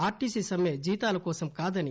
RTC సమ్మె జీతాల కోసం కాదని